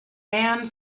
and